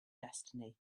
destiny